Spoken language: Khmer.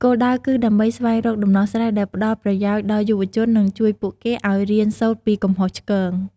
គោលដៅ គឺដើម្បីស្វែងរកដំណោះស្រាយដែលផ្តល់ប្រយោជន៍ដល់យុវជន និងជួយពួកគេឱ្យរៀនសូត្រពីកំហុសឆ្គង។